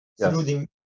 including